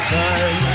time